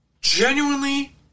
genuinely